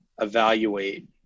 evaluate